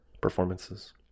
performances